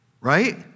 right